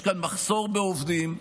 יש כאן מחסור בעובדים,